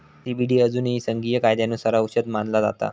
CBD अजूनही संघीय कायद्यानुसार औषध मानला जाता